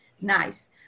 Nice